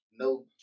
No